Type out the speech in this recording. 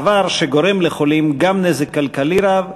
דבר שגורם לחולים גם נזק כלכלי רב,